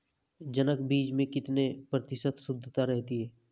जनक बीज में कितने प्रतिशत शुद्धता रहती है?